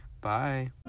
Bye